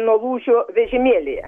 nuo lūžio vežimėlyje